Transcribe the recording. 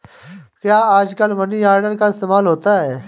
क्या आजकल money order का इस्तेमाल होता है?